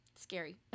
Scary